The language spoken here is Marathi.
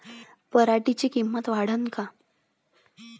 पराटीची किंमत वाढन का?